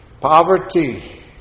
poverty